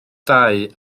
dau